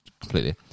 completely